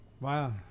Wow